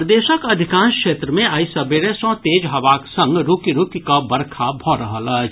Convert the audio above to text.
प्रदेशक अधिकांश क्षेत्र मे आइ सबेरे सॅ तेज हवाक संग रूकि रूकि कऽ बरखा भऽ रहल अछि